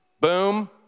boom